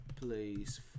place